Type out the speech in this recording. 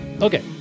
Okay